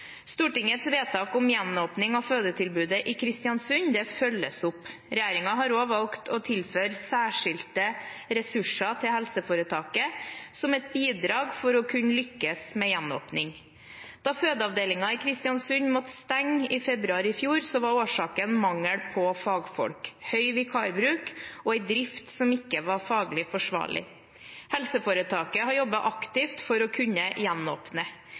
Stortingets vedtak om gjenåpning av fødetilbudet i Kristiansund følges opp. Regjeringen har også valgt å tilføre særskilte ressurser til helseforetaket, som et bidrag for å kunne lykkes med gjenåpning. Da fødeavdelingen i Kristiansund måtte stenges i februar i fjor, var årsaken mangel på fagfolk, høy vikarbruk og en drift som ikke var faglig forsvarlig. Helseforetaket har jobbet aktivt for å kunne gjenåpne.